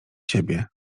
siebie